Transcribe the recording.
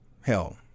Hell